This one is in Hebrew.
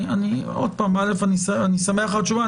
אני שמח על תשובה,